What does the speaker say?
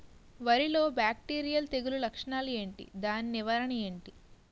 వరి లో బ్యాక్టీరియల్ తెగులు లక్షణాలు ఏంటి? దాని నివారణ ఏంటి?